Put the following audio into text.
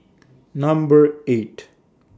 Number eight